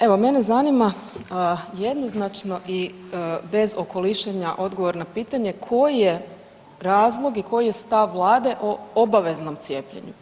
Evo mene zanima jednoznačno i bez okolišanja odgovor na pitanje koji je razlog i koji je stav vlade o obaveznom cijepljenju?